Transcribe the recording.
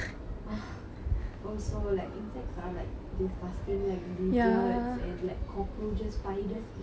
also like insects are like disgusting like lizards and like cockroaches spiders !ee!